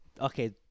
Okay